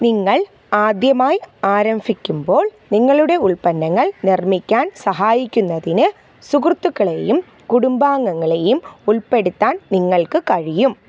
നിങ്ങൾ ആദ്യമായി ആരംഭിക്കുമ്പോൾ നിങ്ങളുടെ ഉൽപ്പന്നങ്ങൾ നിർമ്മിക്കാൻ സഹായിക്കുന്നതിന് സുഹൃത്തുക്കളെയും കുടുംബാംഗങ്ങളെയും ഉൾപ്പെടുത്താൻ നിങ്ങൾക്ക് കഴിയും